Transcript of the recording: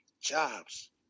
jobs